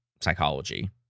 psychology